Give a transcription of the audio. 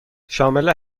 شامل